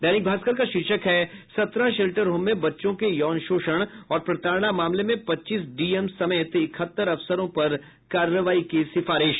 दैनिक भास्कर का शीर्षक है सत्रह शेल्टर होम में बच्चों के यौन शोषण और प्रताड़ना मामले में पच्चीस डीएम समेत इक्हतर अफसरों पर कार्रवाई की सिफारिश